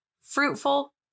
Fruitful